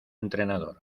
entrenador